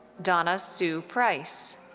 donna sue price.